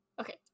okay